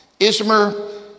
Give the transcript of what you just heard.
Ismer